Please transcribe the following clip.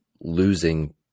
losing